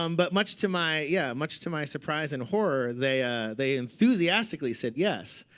um but much to my yeah. much to my surprise and horror, they ah they enthusiastically said yes.